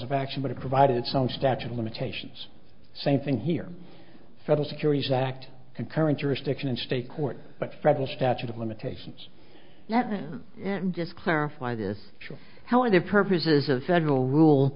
of action but it provided some statute of limitations same thing here for the securities act and current jurisdiction in state court but federal statute of limitations let me just clarify this show how the purposes of federal rule